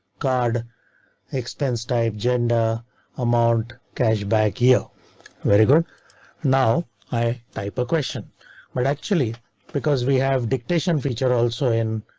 card expense type gender amount cash back here very good now i type a question but actually because we have dictation feature also in.